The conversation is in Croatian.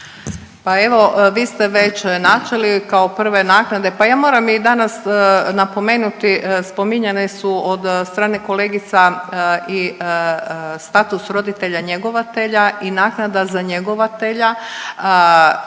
Pa evo vi ste već načeli kao prve naknade, pa ja moram i danas napomenuti spominjane su od strane kolegica i status roditelja njegovatelja i naknada za njegovatelja